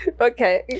okay